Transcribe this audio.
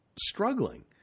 struggling